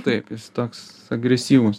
taip jis toks agresyvus